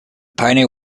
pioneer